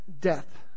death